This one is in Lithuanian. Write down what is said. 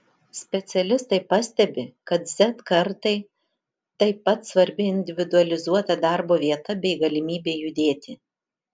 specialistai pastebi kad z kartai taip pat svarbi individualizuota darbo vieta bei galimybė judėti